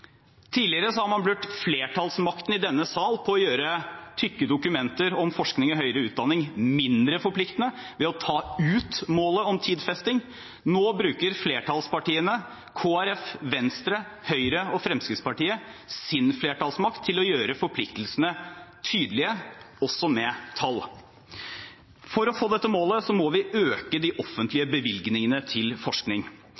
Tidligere har man brukt flertallsmakten i denne sal på å gjøre tykke dokumenter om forskning og høyere utdanning mindre forpliktende ved å ta ut målet om tidfesting. Nå bruker flertallspartiene – Kristelig Folkeparti, Venstre, Høyre og Fremskrittspartiet – sin flertallsmakt til å gjøre forpliktelsene tydelige, også med tall. For å nå dette målet må vi øke de offentlige bevilgningene til forskning.